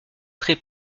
très